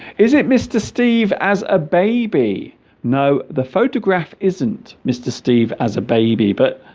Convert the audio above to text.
is it mr. steve as a baby no the photograph isn't mr. steve as a baby but